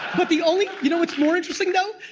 but the only. you know what's more interesting though?